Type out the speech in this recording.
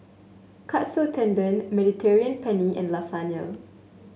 Katsu Tendon Mediterranean Penne and Lasagne